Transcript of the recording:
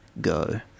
go